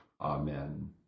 Amen